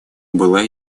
была